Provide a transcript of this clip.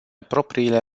propriile